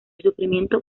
sufrimiento